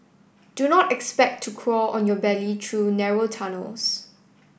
do not expect to crawl on your belly through narrow tunnels